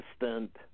assistant